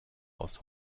aus